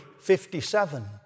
57